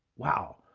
wow,